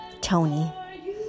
Tony